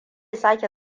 sake